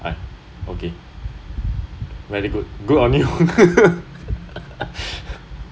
oh okay very good good on you